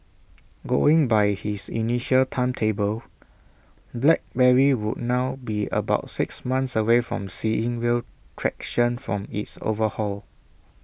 going by his initial timetable black Berry would now be about six months away from seeing real traction from its overhaul